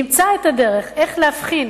נמצא את הדרך איך להבחין